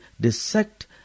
dissect